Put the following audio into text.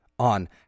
on